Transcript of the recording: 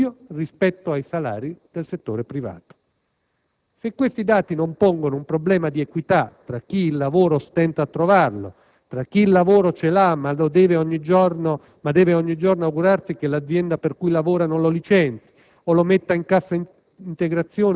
il doppio rispetto ai salari del settore privato. Se questi dati non pongono un problema di equità tra chi il lavoro stenta a trovarlo, tra chi il lavoro ce l'ha ma deve ogni giorno augurarsi che l'azienda per cui opera non lo licenzi o lo metta in cassa integrazione,